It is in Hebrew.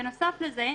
בנוסף לזה,